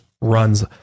runs